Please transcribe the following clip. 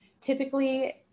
typically